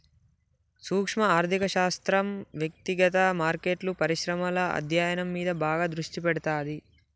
సూక్శ్మ ఆర్థిక శాస్త్రం వ్యక్తిగత మార్కెట్లు, పరిశ్రమల అధ్యయనం మీద బాగా దృష్టి పెడతాది